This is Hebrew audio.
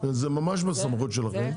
זה ממש בסמכות שלכם.